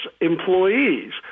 employees